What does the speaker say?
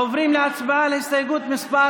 עוברים להצבעה על הסתייגות מס'